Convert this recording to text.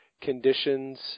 conditions